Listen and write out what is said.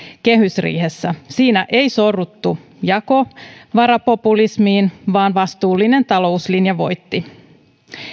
kehysriihessä siinä ei sorruttu jakovarapopulismiin vaan vastuullinen talouslinja voitti